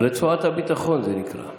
רצועת הביטחון זה נקרא.